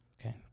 Okay